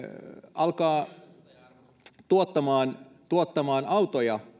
alkavat tuottamaan tuottamaan autoja